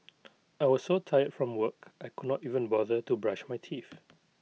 I was so tired from work I could not even bother to brush my teeth